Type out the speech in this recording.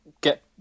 get